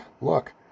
look